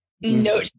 No